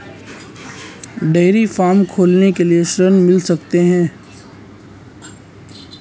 Dairy farm खोलने के लिए ऋण मिल सकता है?